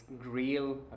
grill